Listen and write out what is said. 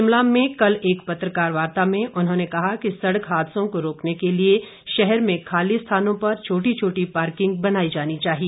शिमला में आज एक पत्रकार वार्ता में उन्होंने कहा कि सड़क हादसों को रोकने के लिए शहर में खाली स्थानों पर छोटी छोटी पार्किंग बनाई जानी चाहिए